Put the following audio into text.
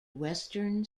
western